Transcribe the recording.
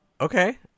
okay